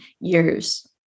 years